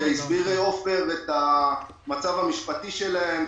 והסביר עופר את המצב המשפטי שלהם,